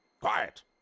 Quiet